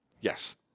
Yes